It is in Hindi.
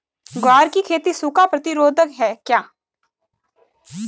ग्वार की खेती सूखा प्रतीरोधक है क्या?